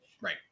Right